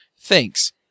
thanks